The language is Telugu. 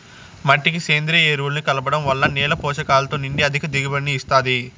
మట్టికి సేంద్రీయ ఎరువులను కలపడం వల్ల నేల పోషకాలతో నిండి అధిక దిగుబడిని ఇస్తాది